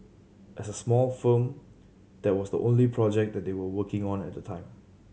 as a small firm that was the only project that they were working on at the time